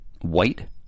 White